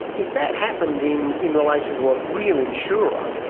if that happened in in relation to a real insurer,